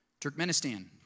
Turkmenistan